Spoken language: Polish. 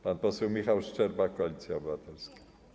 Pan poseł Michał Szczerba, Koalicja Obywatelska.